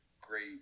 great